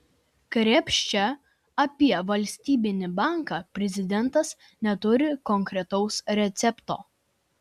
krėpšta apie valstybinį banką prezidentas neturi konkretaus recepto